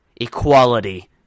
equality